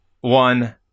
one